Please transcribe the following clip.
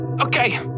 Okay